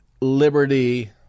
liberty